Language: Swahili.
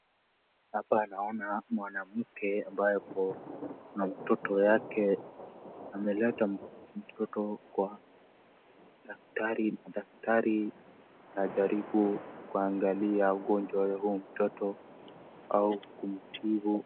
Hapa naona mwanammke ambaye akona mtoto yake .Ameleta mtoto kwa daktari , daktari anajaribu kuangalia ugonjwa ya huyu mtoto au kumtibu .